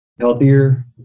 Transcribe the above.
healthier